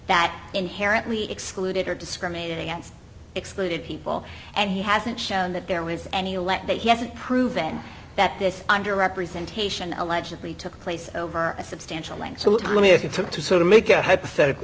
that inherently excluded or discriminated against excluded people and he hasn't shown that there was any let that he hasn't proven that this underrepresentation allegedly took place over a substantial length some time if you took to sort of make it hypothetically